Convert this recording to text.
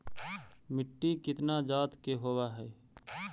मिट्टी कितना जात के होब हय?